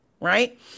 right